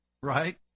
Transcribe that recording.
Right